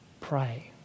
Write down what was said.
Pray